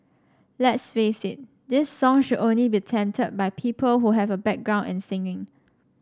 let's face it this song should only be attempted by people who have a background in singing